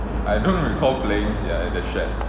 I don't recall playing sia at the shack